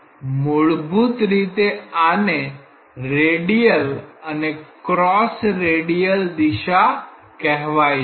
તેથી મૂળભૂત રીતે આ ને રેડિયલ અને ક્રોસ રેડિયલ દિશા કહેવાય છે